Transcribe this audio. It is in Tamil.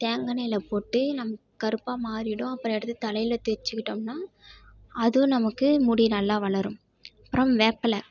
தேங்காயெண்ணெய்ல போட்டு நமக்கு கருப்பாக மாறிடும் அப்புறம் எடுத்து தலையில தேய்ச்சிக்கிட்டோம்னா அதுவும் நமக்கு முடி நல்லா வளரும் அப்புறம் வேப்பலை